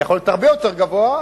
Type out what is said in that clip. יכול להיות הרבה יותר גבוה,